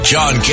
John